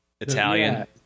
Italian